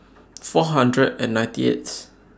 four hundred and ninety eighth